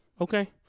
okay